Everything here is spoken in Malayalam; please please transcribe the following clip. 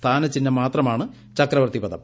സ്ഥാന്ചിഹ്നംമാത്രമാണ് ചക്രവർത്തി പദം